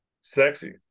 sexy